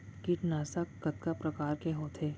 कीटनाशक कतका प्रकार के होथे?